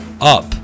up